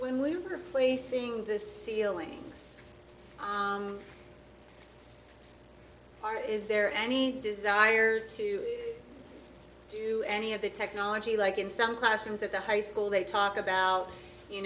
when we are placing the ceiling is there any desire to do any of the technology like in some classrooms at the high school they talk about you